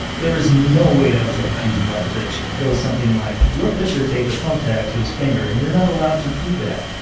there was no way that was a confusing conversation. it goes something like, your pitcher taped a thumbtack to his finger and you're not allowed to do that.